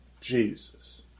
jesus